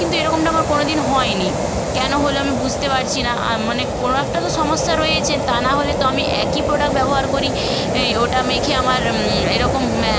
কিন্তু এরকমটা আমার কোনো দিন হয়নি কেন হল আমি বুঝতে পারছি না আর মানে কোনো একটা তো সমস্যা রয়েইছে তা না হলে তো আমি একই প্রোডাক্ট ব্যবহার করি ওটা মেখে আমার এরকম